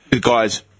guy's